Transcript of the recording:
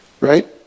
Right